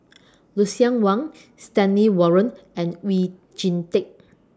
Lucien Wang Stanley Warren and Oon Jin Teik